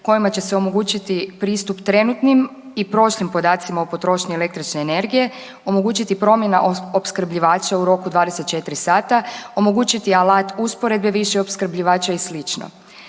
kojima će omogućiti pristup trenutnim i prošlim podacima o potrošnji električne energije, omogućiti promjena opskrbljivača u roku 24 sata, omogućiti alat usporedbe više opskrbljivača i sl.